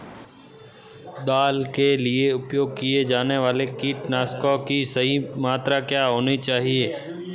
दाल के लिए उपयोग किए जाने वाले कीटनाशकों की सही मात्रा क्या होनी चाहिए?